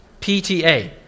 PTA